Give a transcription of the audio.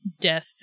Death